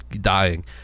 dying